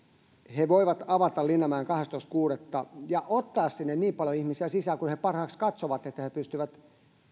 he voivat avata linnanmäen kahdestoista kuudetta ja ottaa sinne niin paljon ihmisiä sisään kuin he parhaaksi katsovat että he pystyvät